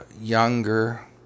younger